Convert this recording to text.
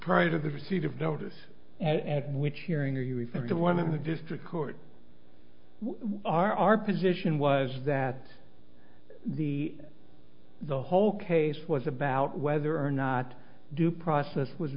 prior to the receipt of donors and which hearing are you referring to one of the district court what are our position was that the the whole case was about whether or not due process was